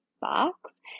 box